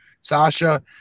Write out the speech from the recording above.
Sasha